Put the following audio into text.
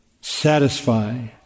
satisfy